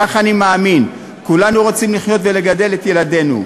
כך אני מאמין, כולנו רוצים לחיות ולגדל את ילדינו.